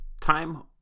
time